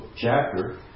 chapter